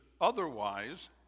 otherwise